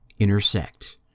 intersect